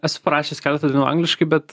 esu parašęs keletą dainų angliškai bet